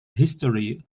history